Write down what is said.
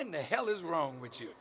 in the hell is wrong with you